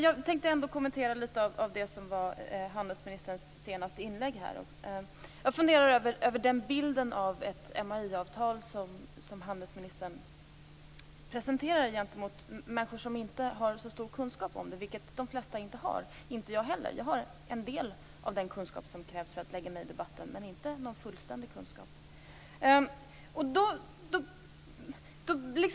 Jag tänker ändå kommentera litet grand ur handelsministerns senaste inlägg. Jag funderar över den bild av MAI-avtalet som handelsministern presenterar för människor som inte har så stor kunskap om det, vilket de flesta inte har. Det har inte jag heller. Jag har en del av den kunskap som krävs för att lägga mig i debatten, men inte någon fullständig kunskap.